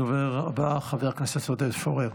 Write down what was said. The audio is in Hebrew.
הדובר הבא, חבר הכנסת עודד פורר.